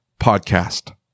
podcast